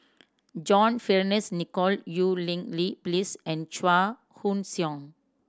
John Fearns Nicoll Eu Cheng Li Phyllis and Chua Koon Siong